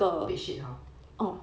bed sheet !huh!